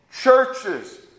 churches